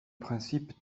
principe